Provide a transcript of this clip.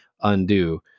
undo